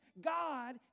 God